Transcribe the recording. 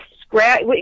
scratch